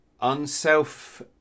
unself